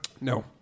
No